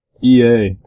EA